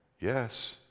Yes